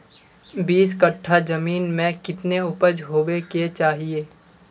बीस कट्ठा जमीन में कितने उपज होबे के चाहिए?